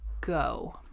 go